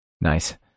Nice